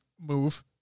move